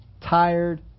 Tired